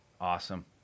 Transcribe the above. Awesome